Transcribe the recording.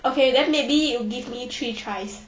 okay then maybe you give me three tries